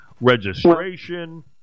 Registration